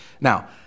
Now